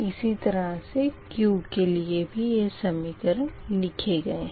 इसी तरह से Q के लिए भी यह समीकरण लिखे गए है